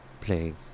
playing